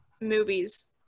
movies